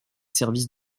services